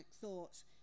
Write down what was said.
thoughts